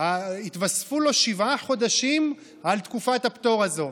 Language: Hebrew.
התווספו לו שבעה חודשים על תקופת הפטור הזו,